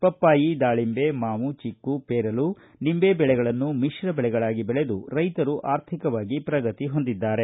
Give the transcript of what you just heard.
ಪಪ್ಪಾಯಿ ದಾಳಿಂಬೆ ಮಾವು ಚಿಕ್ಕು ಪೇರಲಾ ನಿಂದೆ ಬೆಳೆಗಳನ್ನು ಮಿಶ್ರ ಬೆಳೆಯಾಗಿ ಬೆಳೆದು ರೈತರು ಆರ್ಥಿಕವಾಗಿ ಶ್ರಗತಿ ಹೊಂದಿದ್ದಾರೆ